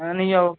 ஆ நீங்கள்